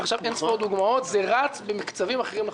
עכשיו אינספור דוגמאות זה רץ במקצבים אחרים לחלוטין.